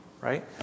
right